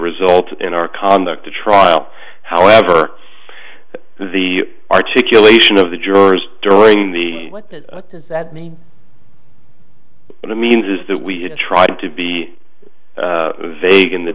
result in our conduct the trial however the articulation of the jurors during the me and the means is that we tried to be vague in the